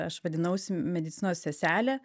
aš vadinausi medicinos seselė